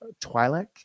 twilight